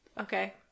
okay